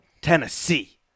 Tennessee